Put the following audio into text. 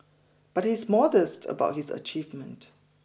but he is modest about his achievement